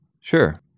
Sure